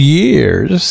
years